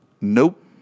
nope